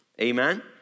Amen